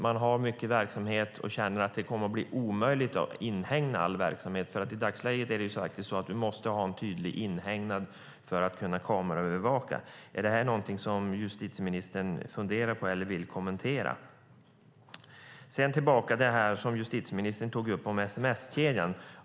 Man har mycket verksamhet och känner att det kommer att bli omöjligt att inhägna all verksamhet. I dagsläget är det nämligen så att du måste ha en tydlig inhägnad för att kunna kameraövervaka. Är detta någonting justitieministern funderar på eller vill kommentera? Justitieministern tog upp sms-kedjan.